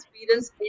experience